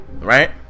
right